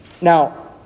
Now